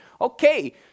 okay